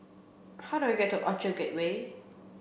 how do I get to Orchard Gateway